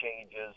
changes